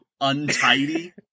untidy